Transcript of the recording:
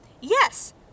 yes